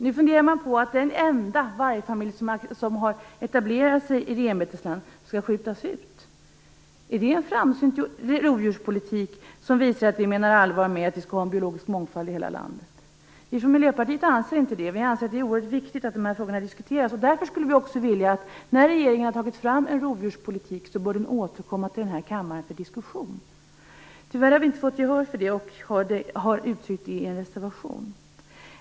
Nu funderar man på att skjuta den enda vargfamilj som har etablerat sig i renbetesland. Är det en framsynt rovdjurspolitik? Visar den att vi menar allvar med att vi skall ha en biologisk mångfald i hela landet? Vi från Miljöpartiet anser inte det. Vi anser att det är oerhört viktigt att de här frågorna diskuteras. Därför skulle vi också vilja att regeringen återkommer till den här kammaren för diskussion när man har tagit fram en rovdjurspolitik. Tyvärr har vi inte fått gehör för det, och har därför uttryckt det i en reservation.